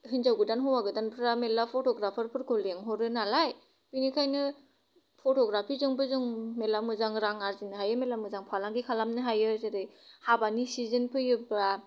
हिन्जाव गोदान हौवा गोदानफ्रा मेल्ला फट'ग्राफारफोरखौ लेंहरो नालाय बेनिखायनो जों फट'ग्राफिजोंबो जों मेल्ला रां आर्जिनो हायो मेल्ला मोजां फालांगि खालामनो हायो जेरै हाबानि सिजन फैयोब्ला